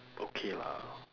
okay lah